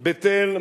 בית-אל,